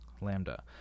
Lambda